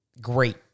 great